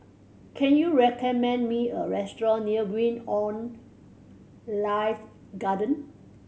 can you recommend me a restaurant near Wing On Life Garden